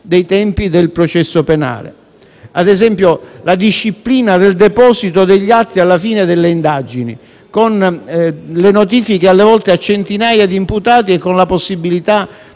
dei tempi del processo penale. Ad esempio, la disciplina del deposito degli atti alla fine delle indagini, con le notifiche, a volte a centinaia di imputati, e con la possibilità